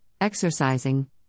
exercising